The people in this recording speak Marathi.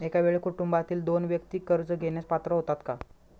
एका वेळी कुटुंबातील दोन व्यक्ती कर्ज घेण्यास पात्र होतात का?